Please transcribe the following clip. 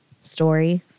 story